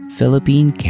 Philippine